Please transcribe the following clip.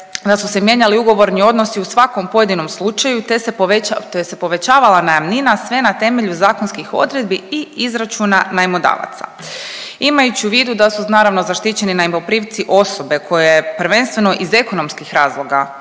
da su se mijenjali ugovorni odnosi u svakom pojedinom slučaju te se povećavala najamnina sve na temelju zakonskih odredbi i izračuna najmodavaca. Imajući u vidu da su naravno zaštićeni najmoprimci osobe koje prvenstveno iz ekonomskih razloga,